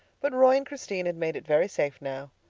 but roy and christine had made it very safe now.